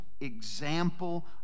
example